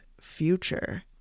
future